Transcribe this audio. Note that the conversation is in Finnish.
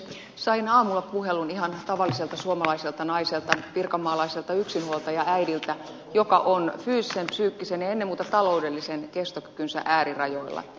sain aamulla puhelun ihan tavalliselta suomalaiselta naiselta pirkanmaalaiselta yksinhuoltajaäidiltä joka on fyysisen psyykkisen ja ennen muuta taloudellisen kestokykynsä äärirajoilla